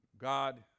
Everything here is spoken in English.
God